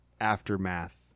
aftermath